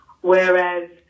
Whereas